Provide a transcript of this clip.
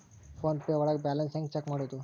Phone pay ಒಳಗ balance ಹೆಂಗ್ check ಮಾಡುವುದು?